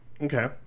Okay